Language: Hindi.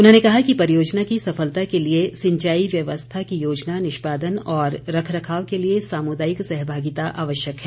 उन्होंने कहा कि परियोजना की सफलता के लिए सिंचाई व्यवस्था की योजना निष्मादन और रखरखाव के लिए सामुदायिक सहभागिता आवश्यक है